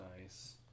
nice